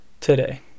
today